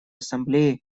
ассамблеи